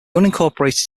unincorporated